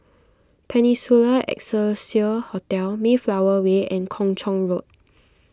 Peninsula Excelsior Hotel Mayflower Way and Kung Chong Road